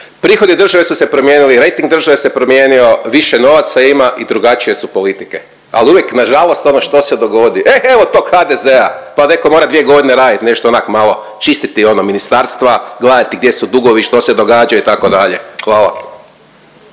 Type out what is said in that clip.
prihodi države su promijenili, rejting države se promijenio, više novaca ima i drugačije su politike, ali uvijek nažalost ono što se dogodi e evo tog HDZ-a pa netko mora dvije godine raditi nešto onak malo čistiti ono ministarstva, gledati gdje su dugovi i što se događa itd. Hvala.